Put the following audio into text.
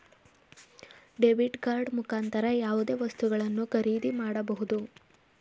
debit card ಮುಖಾಂತರ ಯಾವುದೇ ವಸ್ತುಗಳನ್ನು ಖರೀದಿ ಮಾಡಬಹುದು